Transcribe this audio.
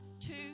two